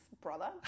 brother